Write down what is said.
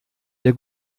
der